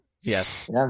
Yes